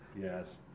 Yes